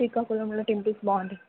శ్రీకాకుళంలో టెంపుల్స్ బాగుంటాయి